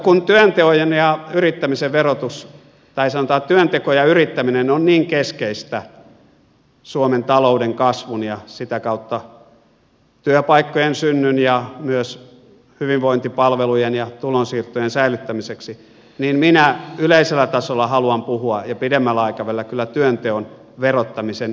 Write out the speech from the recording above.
kun työ joihin ja yrittämisen verotus päiseltä työnteko ja yrittäminen on niin keskeistä suomen talouden kasvun ja sitä kautta työpaikkojen synnyn kannalta ja myös hyvinvointipalvelujen ja tulonsiirtojen säilyttämiseksi niin minä yleisellä tasolla ja pidemmällä aikavälillä haluan puhua kyllä työnteon verottamisen keventämisen puolesta